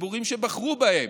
ציבורים שבחרו בהם: